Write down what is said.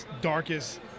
darkest